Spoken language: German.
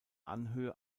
anhöhe